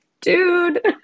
dude